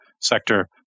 sector